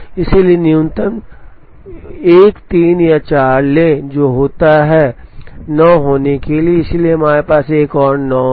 इसलिए न्यूनतम 1 3 या 4 लें जो होता है 9 होने के लिए इसलिए हमारे पास एक और 9 है